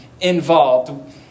involved